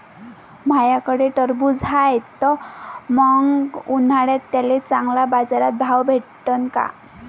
माह्याकडं टरबूज हाये त मंग उन्हाळ्यात त्याले चांगला बाजार भाव भेटन का?